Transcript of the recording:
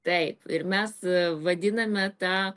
taip ir mes vadiname tą